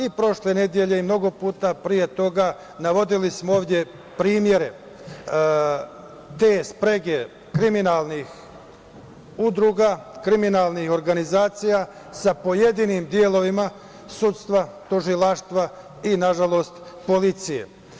I prošle nedelje i mnogo puta pre toga navodili smo ovde primere te sprege kriminalnih udruga, kriminalnih organizacija sa pojedinim delovima sudstva, tužilaštva i, nažalost, policije.